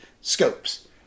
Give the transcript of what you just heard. scopes